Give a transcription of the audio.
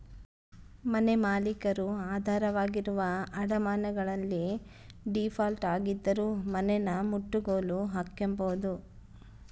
ಮನೆಮಾಲೀಕರು ಆಧಾರವಾಗಿರುವ ಅಡಮಾನಗಳಲ್ಲಿ ಡೀಫಾಲ್ಟ್ ಆಗಿದ್ದರೂ ಮನೆನಮುಟ್ಟುಗೋಲು ಹಾಕ್ಕೆಂಬೋದು